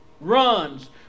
runs